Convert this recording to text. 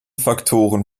faktoren